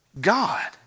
God